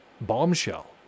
bombshell